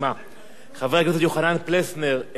חבר הכנסת יוחנן פלסנר, אינו נמצא,